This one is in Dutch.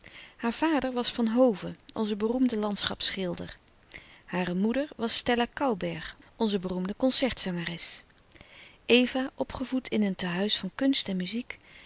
haar vader was van hove onze beroemde landschapschilder hare moeder was stella couberg onze beroemde concertzangeres eva op gevoed in een tehuis van kunst en muziek